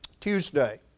Tuesday